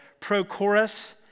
Prochorus